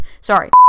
Sorry